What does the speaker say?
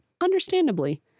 understandably